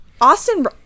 austin